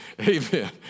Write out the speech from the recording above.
Amen